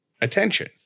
attention